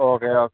okay yeah